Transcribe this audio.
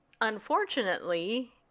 unfortunately